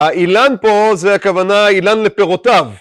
האילן פה זה הכוונה אילן לפירותיו